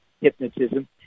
hypnotism